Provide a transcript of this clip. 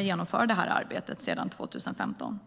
i arbetet sedan 2015.